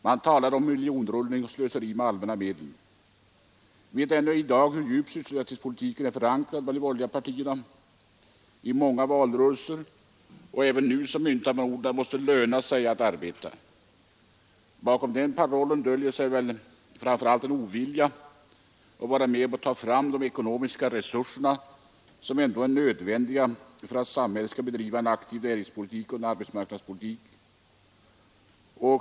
Man talade om miljonrullning och slöseri med allmänna medel. Vi vet än i dag inte hur djupt sysselsättningspolitiken är förankrad bland de borgerliga partierna. I många valrörelser — och även nu — har man gått fram med slagordet: Det måste löna sig att arbeta. Bakom den parollen döljer sig en ovilja att vara med om att ta fram de ekonomiska resurser som är nödvändiga för att samhället skall kunna bedriva en aktiv näringsoch arbetsmarknadspolitik.